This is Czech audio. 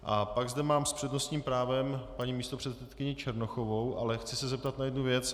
A pak zde mám s přednostním právem paní místopředsedkyni Černochovou, ale chci se zeptat na jednu věc.